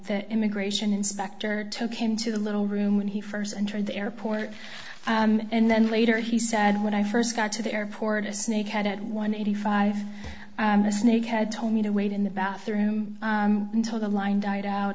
the immigration inspector took him to the little room when he first entered the airport and then later he said when i first got to the airport a snake had at one eighty five the snake had told me to wait in the bathroom until the line died out